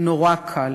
נורא קל.